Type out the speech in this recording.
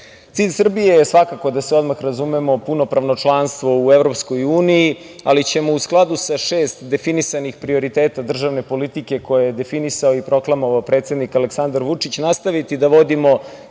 SAD.Cilj Srbije je svakako, da se odmah razumemo, punopravno članstvo u Evropskoj uniji, ali ćemo u skladu sa šest definisanih prioriteta državne politike, koju je definisao i proklamovao predsednik Aleksandar Vučić, nastaviti da vodimo